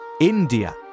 India